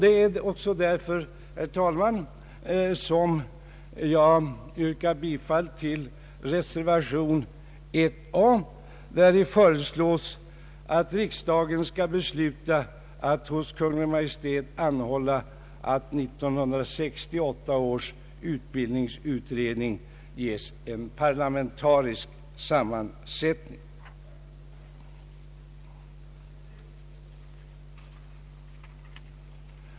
Det är därför, herr talman, som jag yrkar bifall till reservation a, där det föreslås att riksdagen skall besluta att hos Kungl. Maj:t anhålla att 1968 års utbildningsutredning ges en parlamentarisk sammansättning.